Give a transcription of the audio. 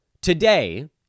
Today